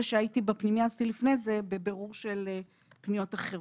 שהייתי בפנייה לפני זה בבירור של פניות אחרת.